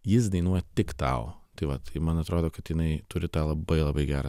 jis dainuoja tik tau tai vat tai man atrodo kad jinai turi tą labai labai gerą